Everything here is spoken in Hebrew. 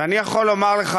ואני יכול לומר לך,